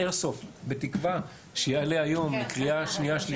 "איירסופט" בתקווה שיעלה היום לקריאה שנייה ושלישית.